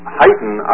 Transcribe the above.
heighten